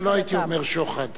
לא הייתי אומר "שוחד",